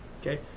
okay